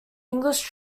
english